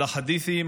על החדית'ים,